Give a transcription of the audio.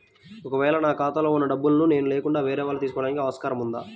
ఒక వేళ నా ఖాతాలో వున్న డబ్బులను నేను లేకుండా వేరే వాళ్ళు తీసుకోవడానికి ఆస్కారం ఉందా?